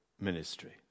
ministry